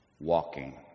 walking